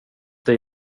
dig